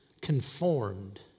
conformed